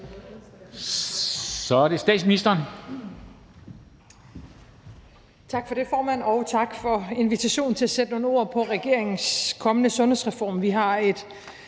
Så er det statsministeren.